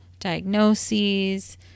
diagnoses